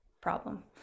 problem